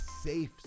safe